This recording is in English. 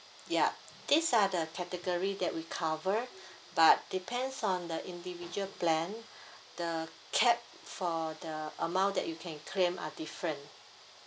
yup these are the category that we cover but depends on the individual plan the cap for the amount that you can claim are different